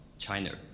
China